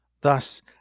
thus